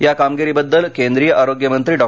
या कामगिरीबद्दल केंद्रीय आरोग्यमंत्री डॉ